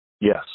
Yes